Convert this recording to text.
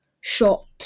shops